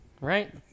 right